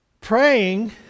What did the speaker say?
praying